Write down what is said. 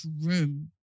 room